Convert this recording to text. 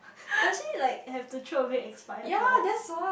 does she like have to throw away expired products